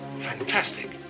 fantastic